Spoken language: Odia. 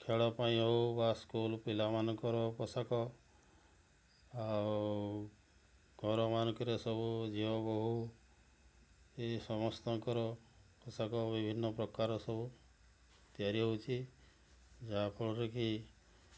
ଖେଳ ପାଇଁ ହେଉ ବା ସ୍କୁଲ୍ ପିଲାମାନଙ୍କର ପୋଷାକ ଆଉ ଘରମାନଙ୍କରେ ସବୁ ଝିଅ ବୋହୂ ଏ ସମସ୍ତଙ୍କର ପୋଷାକ ବିଭିନ୍ନ ପ୍ରକାର ସବୁ ତିଆରି ହଉଚି ଯାହାଫଳରେ କି